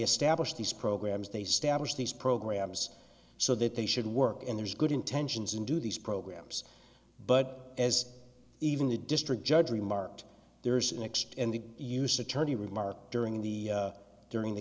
establish these programs they stablished these programs so that they should work and there's good intentions and do these programs but as even the district judge remarked there's an extended use attorney remark during the during the